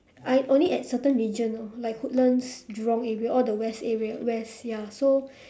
I only at certain regions orh like woodlands jurong area all the west area west ya so